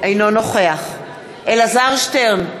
אינו נוכח אלעזר שטרן,